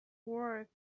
worth